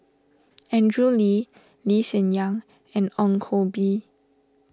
Andrew Lee Lee Hsien Yang and Ong Koh Bee